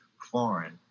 foreign